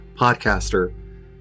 podcaster